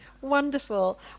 wonderful